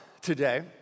today